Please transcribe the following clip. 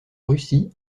russie